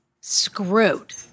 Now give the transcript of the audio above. screwed